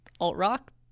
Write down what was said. alt-rock